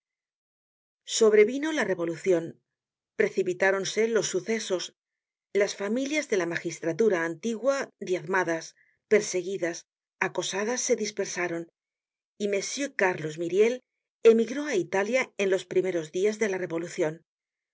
sobrevino la revolucion precipitáronse los sucesos las familias de la magistratura antigua diezmadas perseguidas acosadas se dispersaron y m cárlos myriel emigró á italia en los primeros dias de la revolucion